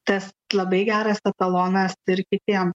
tas labai geras etalonas ir kitiem